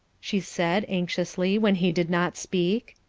she said, anxiously, when he did not speak.